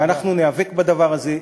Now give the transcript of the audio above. ואנחנו ניאבק בדבר הזה,